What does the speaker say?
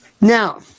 Now